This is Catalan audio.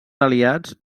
aliats